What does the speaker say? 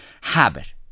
habit